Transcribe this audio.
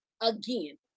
again